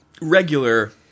regular